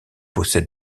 possède